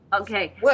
Okay